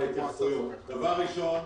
דבר ראשון,